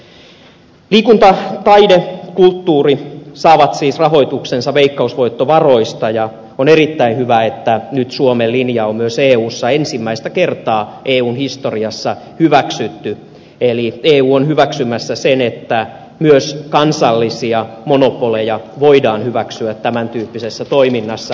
liikunta taide kulttuuri saavat siis rahoituksensa veikkausvoittovaroista ja on erittäin hyvä että nyt suomen linja on myös eussa ensimmäistä kertaa eun historiassa hyväksytty eli eu on hyväksymässä sen että myös kansallisia monopoleja voidaan hyväksyä tämän tyyppisessä toiminnassa